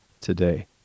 today